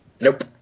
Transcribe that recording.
nope